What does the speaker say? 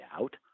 out